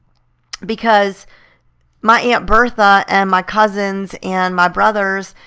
because my aunt bertha and my cousins and my brothers,